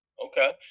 Okay